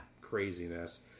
craziness